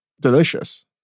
delicious